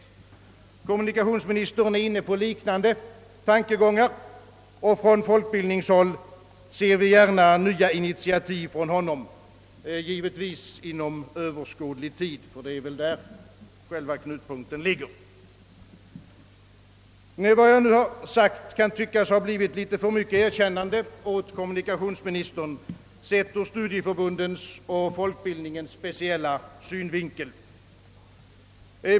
Kommunikationsministern är inne på liknande tankegångar, och på folkbild ningshåll ser vi gärna nya initiativ från honom — givetvis inom överskådlig tid, ty det är där själva knutpunkten ligger. Vad jag nu sagt kan tyckas ha blivit litet för mycket erkännande åt kommunikationsministern — sett ur studieförbundens och folkbildningens speciella synvinkel.